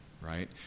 right